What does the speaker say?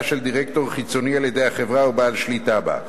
של דירקטור חיצוני על-ידי החברה או בעל שליטה בה.